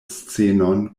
scenon